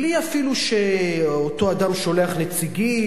בלי אפילו שאותו אדם שולח נציגים,